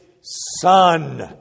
son